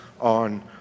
on